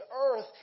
earth